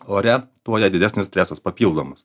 ore tuo jei didesnis stresas papildomas